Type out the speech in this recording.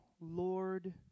Lord